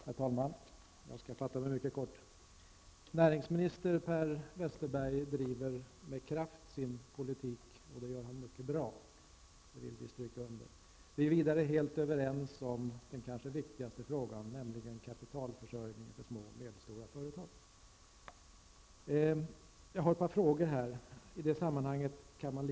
Herr talman! Jag skall fatta mig mycket kort. Näringsminister Per Westerberg driver med kraft sin politik, och det gör han mycket bra, det vill vi stryka under. Vi är vidare helt överens om den kanske viktigaste frågan, nämligen kapitalförsörjningen för små och medelstora företag. Jag har ett par frågor till näringsministern.